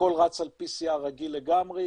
הכל רץ על PCR רגיל לגמרי,